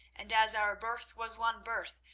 and as our birth was one birth,